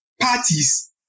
parties